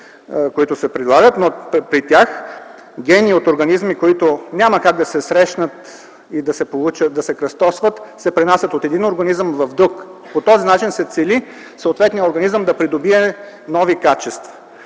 които се прилагат. При тях гени от организми, които няма как да се срещнат и да се кръстосват, се пренасят от един организъм в друг. По този начин се цели съответният организъм да придобие нови качества.